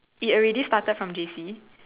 it already started from J_C